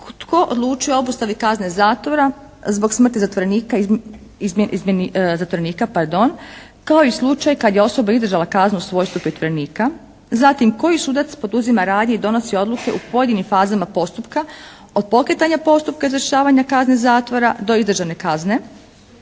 tko odlučuje o obustavi kazne zatvora zbog smrti zatvorenika, izmjeni zatvorenika pardon? Kao i slučaj kada je osoba izdržala kaznu u svojstvu pritvorenika? Zatim, koji sudac poduzima radnje i donosi odluku u pojedinim fazama postupka od pokretanja postupka izvršavanja kazne zatvora do izdržane kazne?